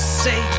say